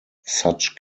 such